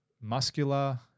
muscular